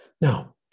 Now